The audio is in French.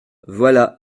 voilà